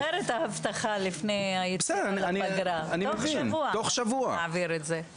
אתה הרי זוכר את ההבטחה לפני היציאה לפגרה "נעביר את זה תוך שבוע".